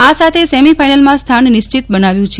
આ સાથે સેમીફાઈનલમાં સ્થાન નિશ્ચિત બનાવ્યું છે